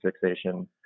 fixation